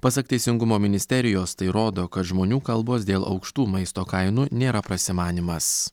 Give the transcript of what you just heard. pasak teisingumo ministerijos tai rodo kad žmonių kalbos dėl aukštų maisto kainų nėra prasimanymas